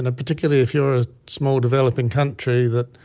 and particularly if you are small developing country that,